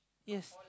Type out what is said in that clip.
yes